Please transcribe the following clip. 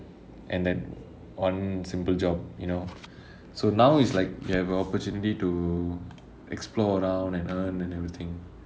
and then one simple job you know so now is like you have the opportunity to explore around and earn and everything